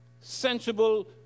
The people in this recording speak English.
sensible